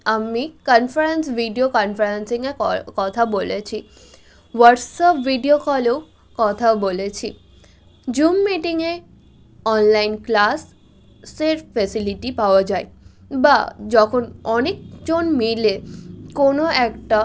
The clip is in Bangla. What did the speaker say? আমি কানফারেন্স ভিডিও কানফারেন্সিংয়ে কথা বলেছি হোয়াটসঅ্যাপ ভিডিও কলেও কথা বলেছি জুম মিটিংয়ে অনলাইন ক্লাসের ফেসিলিটি পাওয়া যায় বা যখন অনেকজন মিলে কোনো একটা